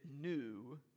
new